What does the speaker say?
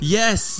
yes